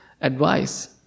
advice